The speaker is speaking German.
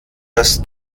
das